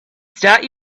start